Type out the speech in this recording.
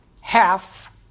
half